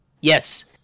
Yes